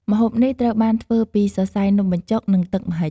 ម្ហូបនេះត្រូវបានធ្វើពីសរសៃនំបញ្ចុក និងទឹកម្ហិច។